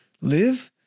live